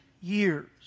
years